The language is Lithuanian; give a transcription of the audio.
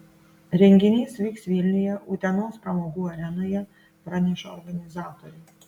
renginys vyks vilniuje utenos pramogų arenoje praneša organizatoriai